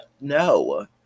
No